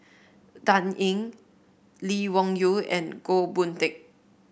Dan Ying Lee Wung Yew and Goh Boon Teck